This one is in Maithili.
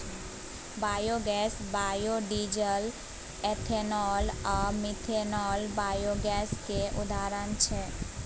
बायोगैस, बायोडीजल, एथेनॉल आ मीथेनॉल बायोगैस केर उदाहरण छै